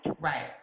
Right